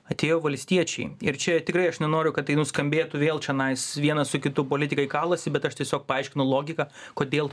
atėjo valstiečiai ir čia tikrai aš nenoriu kad tai nuskambėtų vėl čionais vienas su kitu politikai kalasi bet aš tiesiog paaiškinu logiką kodėl